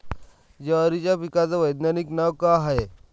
जवारीच्या पिकाचं वैधानिक नाव का हाये?